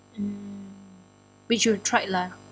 mm which you tried lah